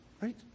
Right